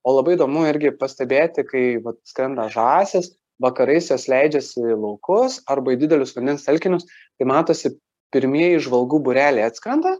o labai įdomu irgi pastebėti kai vat skrenda žąsys vakarais jos leidžiasi į laukus arba į didelius vandens telkinius tai matosi pirmieji žvalgų būreliai atskrenda